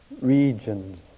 regions